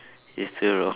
it's still wrong